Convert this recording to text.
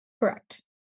Correct